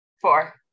Four